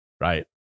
Right